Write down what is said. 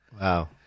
Wow